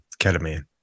ketamine